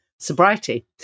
sobriety